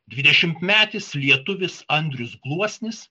dvidešimtmetis lietuvis andrius gluosnis